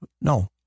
No